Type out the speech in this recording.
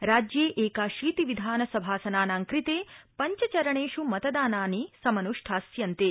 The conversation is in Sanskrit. राज्ये एकाशीति विधानसभासनानां कृते पञ्च चरणेष् मतदानानि समन्ष्ठास्यन्ते